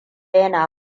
yana